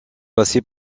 passé